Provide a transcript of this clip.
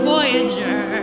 Voyager